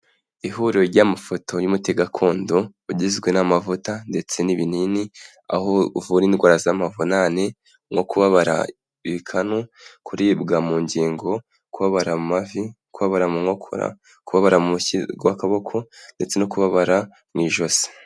Ihuriro ry'amafoto y'umuti gakondo ugizwe n'amavuta ndetse n'ibinini, aho uvura indwara z'amavunane nko kubabara ibikanu, kuribwa mu ngingo, kubabara mu mavi, kubabara mu nkokora, kubabara mu rushyi rw'akaboko ndetse no kubabara mu ijosi.